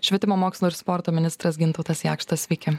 švietimo mokslo ir sporto ministras gintautas jakštas sveiki